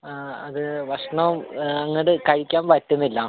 ആ അത് ഭക്ഷണം അങ്ങട് കഴിക്കാൻ പറ്റുന്നില്ല